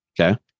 Okay